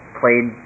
played